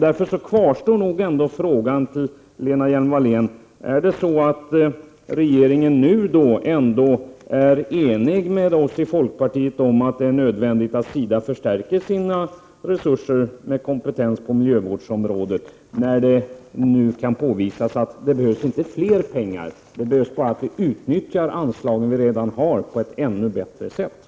Därför kvarstår min fråga till Lena Hjelm-Wallén: Är regeringen nu överens med oss i folkpartiet om att det är nödvändigt att SIDA förstärker sina resurser med kompetens på miljövårdsområdet, när det nu kan konstateras att det inte behövs mer pengar, utan bara att vi på ett ännu bättre sätt utnyttjar de anslag som vi redan har?